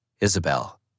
Isabel